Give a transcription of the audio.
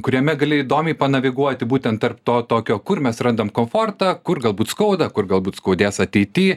kuriame gali įdomiai panaviguoti būtent tarp to tokio kur mes atrandam komfortą kur galbūt skauda kur galbūt skaudės ateity